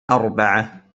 أربعة